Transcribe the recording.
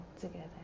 together